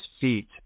feet